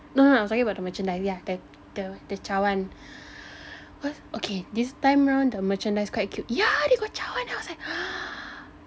no no I was talking about the merchandise yeah right the cawan was okay this time round the merchandise quite cute yeah they got cawan I was like